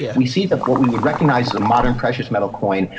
yeah we see that what we would recognize the modern precious metal coin,